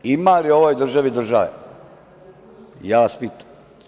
Ima li u ovoj državi države, ja vas pitam?